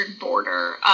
border